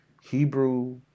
Hebrew